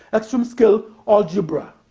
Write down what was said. extreme-scale algebra,